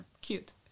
cute